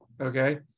okay